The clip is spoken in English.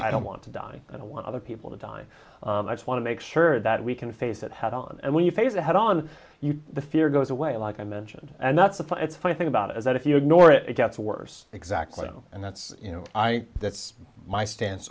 i don't want to die i don't want other people to die i just want to make sure that we can face it head on and when you face it head on the fear goes away like i mentioned and that's the find it funny thing about it is that if you ignore it it gets worse exactly and that's you know that's my stance